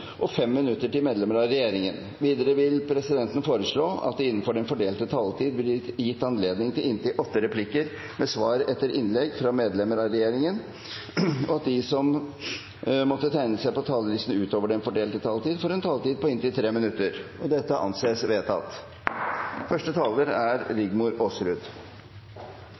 og 5 minutter til medlemmer av regjeringen. Videre vil presidenten foreslå at det – innenfor den fordelte taletid – blir gitt anledning til inntil åtte replikker med svar etter innlegg fra medlemmer av regjeringen, og at de som måtte tegne seg på talerlisten utover den fordelte taletid, får en taletid på inntil 3 minutter. – Det anses vedtatt. Bakgrunnen for saken i dag er